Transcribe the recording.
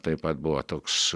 taip pat buvo toks